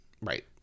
Right